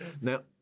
Now